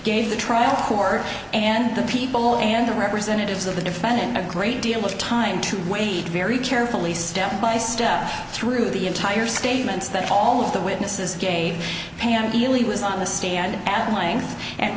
gave the trial four and the people and the representatives of the defendant a great deal of time to wade very carefully step by step through the entire statements that all of the witnesses gave pam dealey was on the stand a